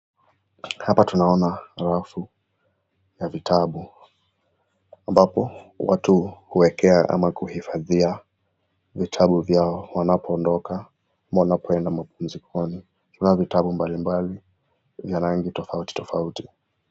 Hapa tunaona rafu ya vitabu, ambapo watu huekea ama kuhifadhia vitabu vyao wanapoondoka ama wanapoenda mapumzikoni. Kuna vitabu mbali mbali ya rangi tofauti tofauti.